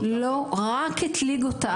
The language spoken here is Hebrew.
אחת המדינות המתקדמות בעולם,